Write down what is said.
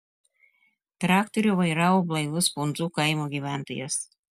traktorių vairavo blaivus bundzų kaimo gyventojas